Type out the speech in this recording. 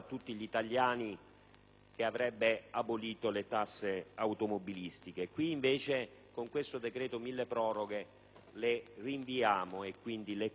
che avrebbe abolito le tasse automobilistiche, ma con questo decreto milleproroghe ne rinviamo l'esame e, quindi, le confermiamo.